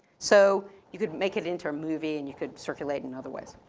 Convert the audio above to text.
so you could make it into a movie and you could circulate in other ways.